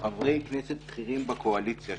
חברי כנסת בכירים בקואליציה,